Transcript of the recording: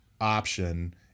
option